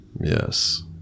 Yes